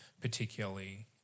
particularly